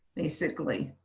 basically,